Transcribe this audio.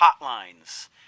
hotlines